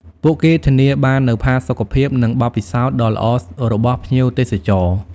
ពួកគេធានាបាននូវផាសុកភាព និងបទពិសោធន៍ដ៏ល្អរបស់ភ្ញៀវទេសចរ។